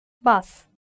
Bas